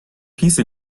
peace